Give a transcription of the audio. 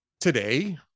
today